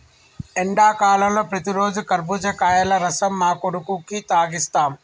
ఎండాకాలంలో ప్రతిరోజు కర్బుజకాయల రసం మా కొడుకుకి తాగిస్తాం